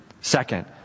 Second